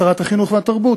שרת החינוך והתרבות.